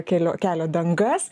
kelio kelio dangas